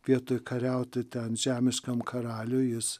vietoj kariauti ten žemiškam karaliui jis